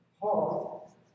Paul